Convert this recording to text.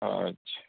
আচ্ছা